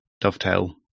dovetail